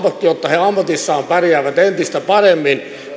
jotta he ammatissaan pärjäävät entistä paremmin